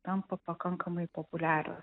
tampa pakankamai populiarios